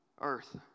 earth